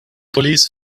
police